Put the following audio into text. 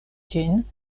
ĝin